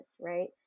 right